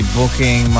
booking